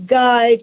guide